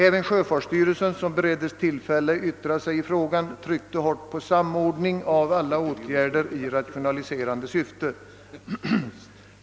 Även sjöfartsstyrelsen, som bereddes tillfälle att yttrå sig i frågan, tryckte hårt på behovet av samordning av alla åtgärder i rationaliserande syfte.